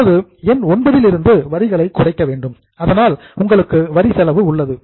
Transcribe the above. இப்போது எண் IX லிருந்து வரிகளை குறைக்க வேண்டும் அதனால் உங்களுக்கு வரி செலவு உள்ளது